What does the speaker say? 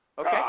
okay